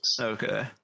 Okay